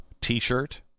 t-shirt